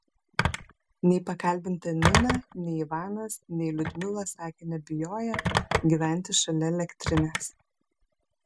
nei pakalbinta nina nei ivanas nei liudmila sakė nebijoję gyventi šalia elektrinės